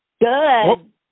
Good